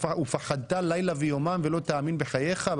ופחדת לילה ויומם ולא תאמין בחייך,